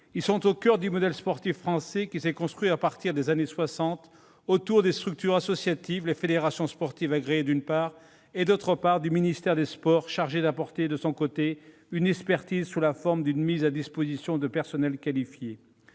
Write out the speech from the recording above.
Ils sont au coeur du modèle sportif français, qui s'est construit à partir des années 1960 autour des structures associatives- les fédérations sportives agréées -, d'une part, et du ministère des sports, d'autre part, chargé d'apporter une expertise sous la forme d'une mise à disposition de personnels qualifiés.